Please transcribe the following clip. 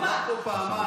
קריאה: הוא אמר פה פעמיים.